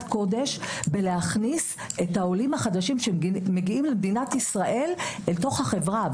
קודש בהכנסת העולים החדשים שמגיעים למדינת ישראל לחברה.